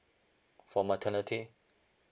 for maternity